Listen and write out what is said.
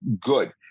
good